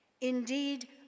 Indeed